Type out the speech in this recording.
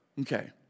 Okay